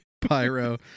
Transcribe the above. Pyro